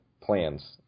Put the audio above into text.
plans